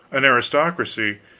an aristocracy,